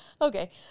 Okay